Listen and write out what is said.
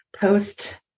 post